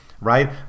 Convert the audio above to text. right